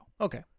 Okay